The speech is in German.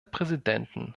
präsidenten